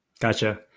Gotcha